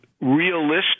realistic